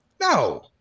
No